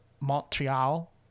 Montreal